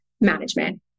management